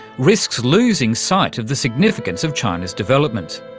risks losing sight of the significance of china's development.